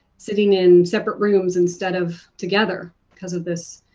sitting in separate rooms instead of together, because of this.